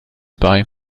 bei